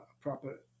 proper